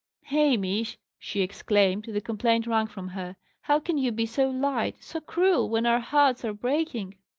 hamish! she exclaimed, the complaint wrung from her how can you be so light, so cruel, when our hearts are breaking?